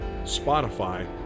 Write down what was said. Spotify